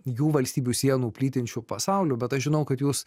jų valstybių sienų plytinčiu pasauliu bet aš žinau kad jūs